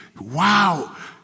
wow